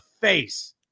face